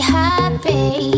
happy